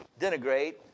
denigrate